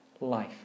life